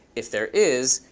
if there is,